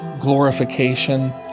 glorification